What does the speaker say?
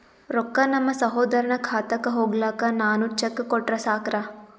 ರೊಕ್ಕ ನಮ್ಮಸಹೋದರನ ಖಾತಕ್ಕ ಹೋಗ್ಲಾಕ್ಕ ನಾನು ಚೆಕ್ ಕೊಟ್ರ ಸಾಕ್ರ?